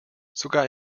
sogar